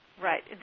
Right